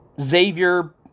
Xavier